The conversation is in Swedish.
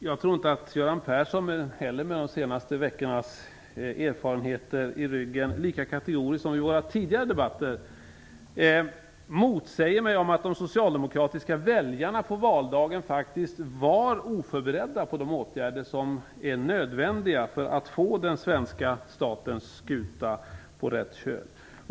Jag tror inte heller att Göran Persson med de senaste veckornas erfarenheter i ryggen lika kategoriskt som vid våra tidigare debatter motsäger mig när jag säger att de socialdemokratiska väljarna på valdagen faktiskt var oförberedda på de åtgärder som var nödvändiga för att få den svenska statens skuta på rätt köl.